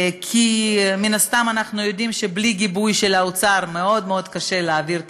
כי מן הסתם אנחנו יודעים שבלי גיבוי האוצר מאוד מאוד קשה להעביר חוקים,